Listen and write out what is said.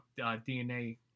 DNA